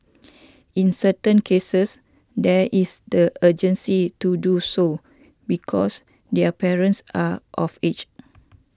in certain cases there is the urgency to do so because their parents are of age